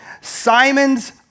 Simon's